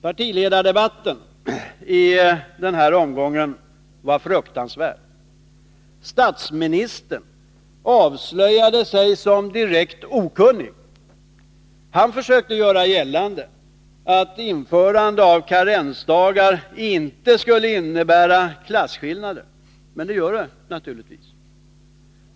Partiledarrundan i den här debatten var fruktansvärd. Statsministern avslöjade sig som direkt okunnig. Han försökte göra gällande att införandet av karensdagar inte skulle innebära klasskillnader. Men det gör det naturligtvis.